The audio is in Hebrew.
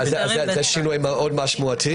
זה שינוי מאוד משמעותי.